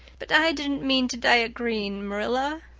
but i didn't mean to dye it green, marilla,